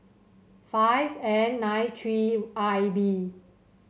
five N nine three I B